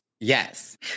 Yes